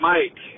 Mike